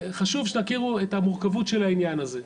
חשוב שתכירו את המורכבות של העניין הזה.